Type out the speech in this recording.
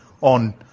on